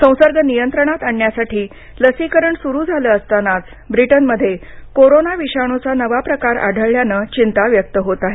संसर्ग नियंत्रणात आणण्यासाठी लसीकरण सुरू झालं असतानाच ब्रिटनमध्ये कोरोना विषाणूचा नवा प्रकार आढळल्यानं चिंता व्यक्त होत आहे